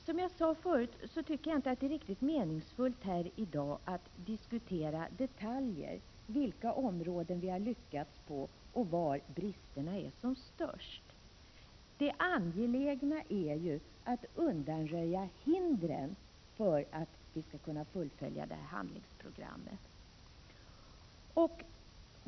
Som jag tidigare sade tycker jag inte att det är riktigt meningsfullt att här i dag diskutera detaljer — på vilka områden vi har lyckats och var bristerna är som störst. Det angelägna är att undanröja hindren för att vi skall kunna fullfölja handlingsprogrammet.